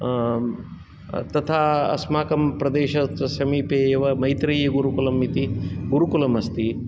तथा अस्माकं प्रदेशस् समीपे एव मैत्रेयी गुरुकुलम् इति गुरुकुलम् अस्ति